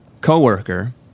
coworker